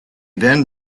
then